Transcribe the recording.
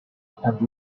and